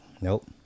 Nope